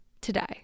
today